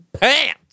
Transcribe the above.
pants